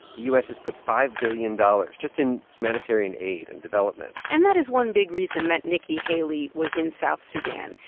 the u s. has put five billion dollars just in humanitarian aid and development and that is one big reason that nikki haley was in south sudan.